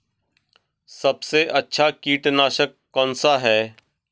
सबसे अच्छा कीटनाशक कौनसा है?